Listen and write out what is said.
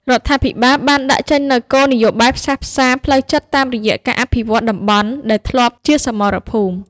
រដ្ឋាភិបាលបានដាក់ចេញនូវគោលនយោបាយផ្សះផ្សាផ្លូវចិត្តតាមរយៈការអភិវឌ្ឍតំបន់ដែលធ្លាប់ជាសមរភូមិ។